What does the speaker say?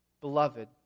Beloved